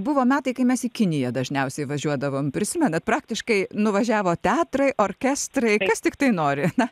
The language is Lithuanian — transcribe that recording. buvo metai kai mes į kiniją dažniausiai važiuodavom prisimenat praktiškai nuvažiavo teatrai orkestrai kas tiktai nori na